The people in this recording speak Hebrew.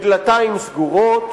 בדלתיים סגורות,